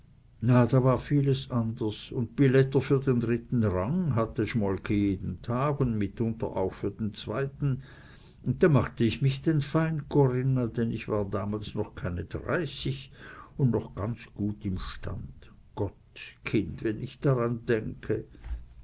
da war vieles anders un billetter für den dritten rang hatte schmolke jeden tag un mitunter auch für den zweiten un da machte ich mich denn fein corinna denn ich war damals noch keine dreißig un noch ganz gut im stande gott kind wenn ich daran denke